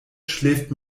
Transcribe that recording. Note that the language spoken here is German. schläft